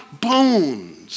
bones